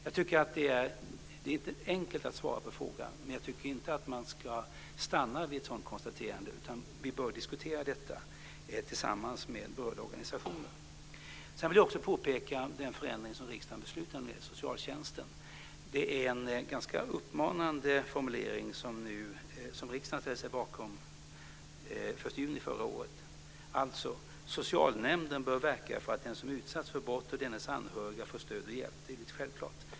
Det är inte enkelt att svara på den frågan, men jag tycker inte att man ska stanna vid ett sådant konstaterande, utan vi bör diskutera detta tillsammans med berörda organisationer. Jag vill också peka på den förändring av socialtjänstens arbete som riksdagen har beslutat om. Det var en uppmanande formulering som riksdagen ställde sig bakom den 1 juni förra året. Man skriver först att socialtjänsten bör verka för att den som utsatts för brott och dennes anhöriga får stöd och hjälp. Det är självklart.